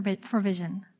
provision